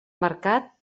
mercat